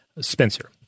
Spencer